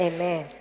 Amen